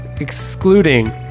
excluding